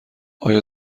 آیا